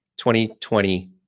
2020